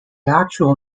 actual